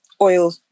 oil